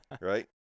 Right